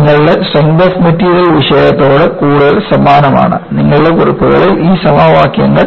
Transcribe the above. ഇത് നിങ്ങളുടെ strength of material വിഷയത്തോട് കൂടുതൽ സമാനമാണ് നിങ്ങളുടെ കുറിപ്പുകളിൽ ഈ സമവാക്യങ്ങൾ